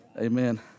Amen